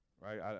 Right